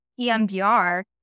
EMDR